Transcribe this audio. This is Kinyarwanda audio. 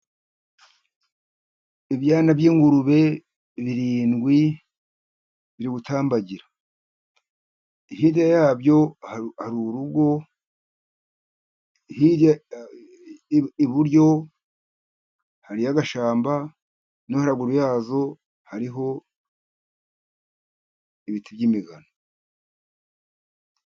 Ibyana by'ingurube birindwi biri gutambagira, hirya yabyo hari urugo, hirya iburyo hariyo agashyamba no haruguru yazo hariho ibiti by'imigano.